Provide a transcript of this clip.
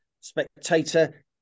spectator